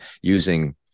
using